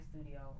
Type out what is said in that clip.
studio